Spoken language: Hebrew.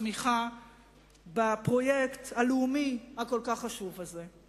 התמיכה בפרויקט הלאומי הכל-כך חשוב הזה.